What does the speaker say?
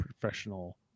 professional